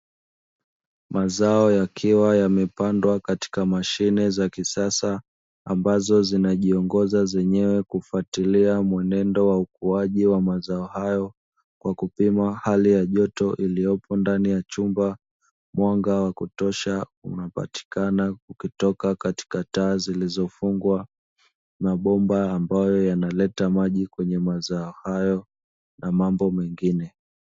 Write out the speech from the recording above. Mazao yakiwa yamepandwa katika mashine za kisasa ambazo zinajiongoza zenyewe kufuatilia mwenendo wa ukuaji wa mazao hayo kwa kupima hali ya joto iliyopo ndani ya chumba, mwanga wa kutosha unapatikana ukitoka katika taa zilizofungwa, na bomba ambayo yanaleta maji kwenye mazao hayo na mambo mengine.